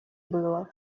было